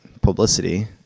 publicity